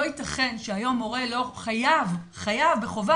לא ייתכן שהיום מורה לא חייב בחובה,